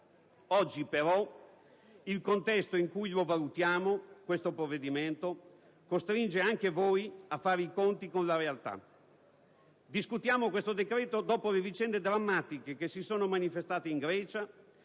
Oggi, però, il contesto in cui valutiamo questo provvedimento costringe anche voi a fare i conti con la realtà. Discutiamo questo decreto dopo le vicende drammatiche che si sono manifestate in Grecia,